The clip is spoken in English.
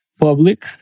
public